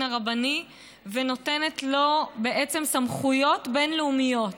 הרבני ונותנת לו סמכויות בין-לאומיות.